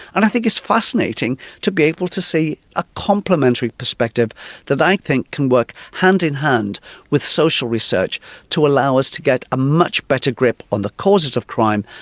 and i think it's fascinating to be able to see a complementary perspective that i think can work hand in hand with social research to allow us to get a much better grip on the causes of crime.